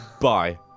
Bye